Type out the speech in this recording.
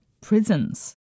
prisons